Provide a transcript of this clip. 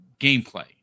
gameplay